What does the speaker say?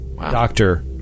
Doctor